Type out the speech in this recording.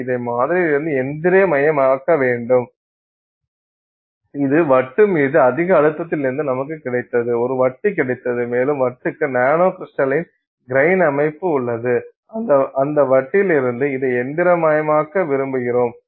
எனவே இதை மாதிரியிலிருந்து இயந்திரமயமாக்க வேண்டும் இது வட்டு மீது அதிக அழுத்தத்திலிருந்து நமக்குக் கிடைத்தது ஒரு வட்டு கிடைத்தது மேலும் வட்டுக்கு நானோ கிரிஸ்டலின் கிரைன் அமைப்பு உள்ளது அந்த வட்டில் இருந்து இதை இயந்திரமயமாக்க விரும்புகிறோம்